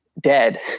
dead